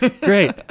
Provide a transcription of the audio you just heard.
Great